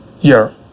year